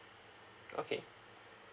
okay